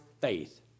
faith